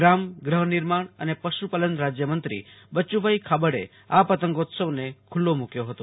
ગ્રામ ગૃહનિર્માણ અને પશુપાલન રાજ્યમંત્રી બચુભાઈ ખાબડે આ પતંગોત્સવને ખુલ્લો મુક્યો હતો